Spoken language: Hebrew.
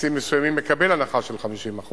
כרטיסים מסוימים, מקבל הנחה של 50%